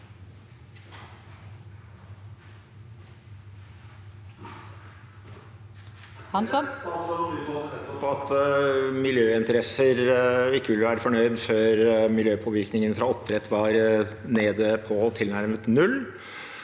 ikke vil være fornøyd før miljøpåvirkningen fra oppdrett var nede på tilnærmet null.